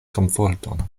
komforton